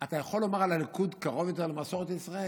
אתה יכול לומר על הליכוד: קרוב יותר למסורת ישראל.